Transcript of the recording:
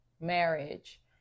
marriage